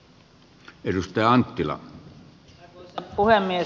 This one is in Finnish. arvoisa puhemies